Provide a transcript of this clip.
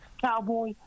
Cowboy